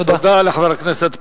תודה לחבר הכנסת פלסנר.